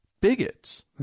bigots